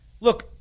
look